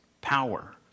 power